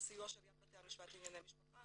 הסיוע שליד בתי המשפט לענייני משפחה